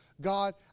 God